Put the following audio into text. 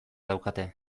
daukate